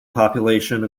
population